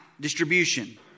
distribution